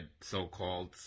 so-called